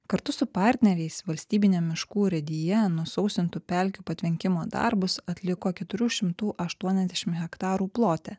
kartu su partneriais valstybine miškų urėdija nusausintų pelkių patvenkimo darbus atliko keturių šimtų aštuoniasdešim hektarų plote